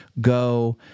go